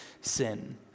sin